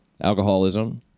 alcoholism